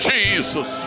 Jesus